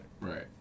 Right